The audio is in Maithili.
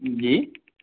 जी